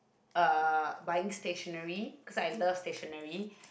uh buying stationery cause I love stationery